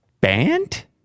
Banned